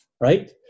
Right